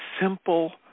simple